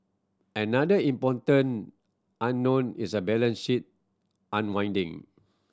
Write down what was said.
another important unknown is a balance sheet unwinding